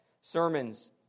sermons